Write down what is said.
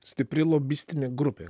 stipri lobistinė grupė